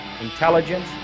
intelligence